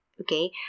Okay